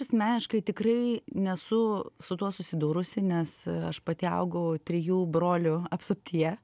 asmeniškai tikrai nesu su tuo susidūrusi nes aš pati augau trijų brolių apsuptyje